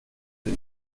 sie